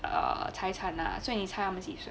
err 财产 lah 所以你猜他们几岁